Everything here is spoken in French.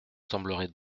semblerait